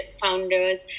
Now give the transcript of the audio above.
founders